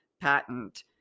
patent